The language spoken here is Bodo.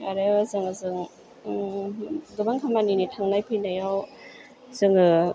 आरो गोबां खामानिनि थांनाय फैनायाव जोङो